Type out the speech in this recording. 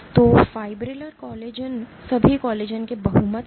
तो fibrillar collagen सभी collagen के बहुमत हैं